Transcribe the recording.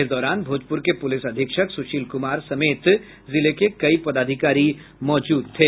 इस दौरान भोजपुर के पुलिस अधीक्षक सुशील कुमार समेत जिले के कई पदाधिकारी मौजूद थे